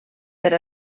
per